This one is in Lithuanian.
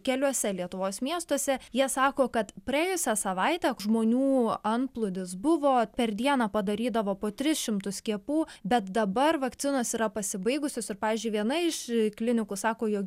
keliuose lietuvos miestuose jie sako kad praėjusią savaitę žmonių antplūdis buvo per dieną padarydavo po tris šimtus skiepų bet dabar vakcinos yra pasibaigusios ir pavyzdžiui viena iš klinikų sako jog